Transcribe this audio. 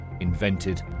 invented